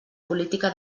política